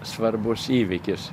svarbus įvykis